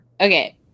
okay